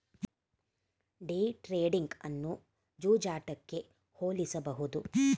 day trading ಅನ್ನು ಜೂಜಾಟಕ್ಕೆ ಹೋಲಿಸಬಹುದು